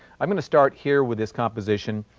i'm going to start here with this composition.